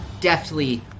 deftly